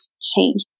change